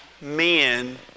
Men